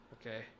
okay